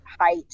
height